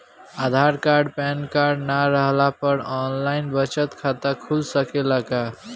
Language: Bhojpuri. आधार कार्ड पेनकार्ड न रहला पर आन लाइन बचत खाता खुल सकेला का?